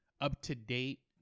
up-to-date